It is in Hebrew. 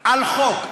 על חוק.